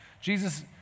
Jesus